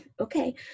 Okay